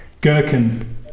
Gherkin